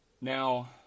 Now